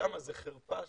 שם זה חרפה